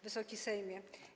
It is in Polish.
Wysoki Sejmie!